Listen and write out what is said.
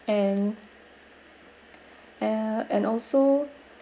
and uh and also